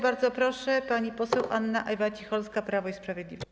Bardzo proszę, pani poseł Anna Ewa Cicholska, Prawo i Sprawiedliwość.